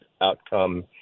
outcome